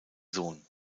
sohn